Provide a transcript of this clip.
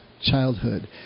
childhood